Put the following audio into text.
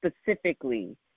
specifically